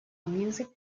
music